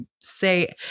say